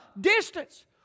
distance